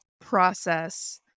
process